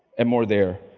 and more there,